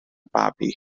babi